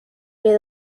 que